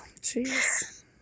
jeez